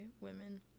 women